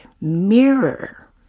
mirror